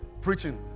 preaching